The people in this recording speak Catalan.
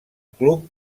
club